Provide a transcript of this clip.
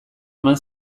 eman